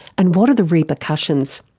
and what are the repercussions?